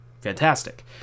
fantastic